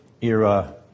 era